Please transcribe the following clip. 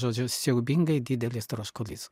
žodžiu siaubingai didelis troškulys